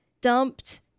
dumped